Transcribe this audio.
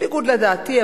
בניגוד לדעתי,